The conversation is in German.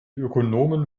ökonomen